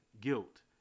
guilt